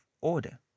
order